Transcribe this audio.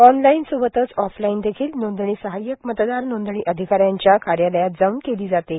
ऑनलाईनसोबतच ऑफलाईनदेखील नोंदणी सहाय्यक मतदार नोंदणी अधिकाऱ्यांच्या कार्यालयात जाऊन केली जाते